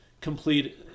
complete